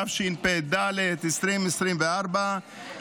התשפ"ד 2024,